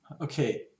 okay